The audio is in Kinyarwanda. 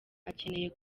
akeneye